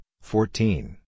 fourteen